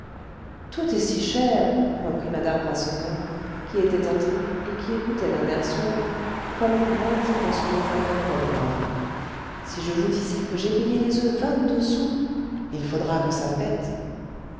tout est si cher reprit madame rasseneur qui était entrée et qui écoutait d'un air sombre comme grandie dans son éternelle robe noire si je vous disais que j'ai payé les oeufs vingt-deux sous il faudra que ça pète